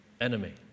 enemy